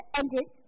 ended